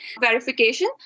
Verification